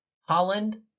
Holland